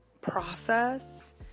process